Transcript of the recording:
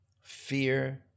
fear